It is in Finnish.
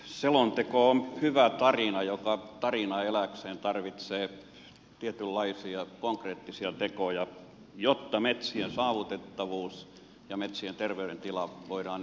selonteko on hyvä tarina ja tarina elääkseen tarvitsee tietynlaisia konkreettisia tekoja jotta metsien saavutettavuus ja met sien terveydentila voidaan ylläpitää